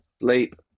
Leap